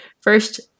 First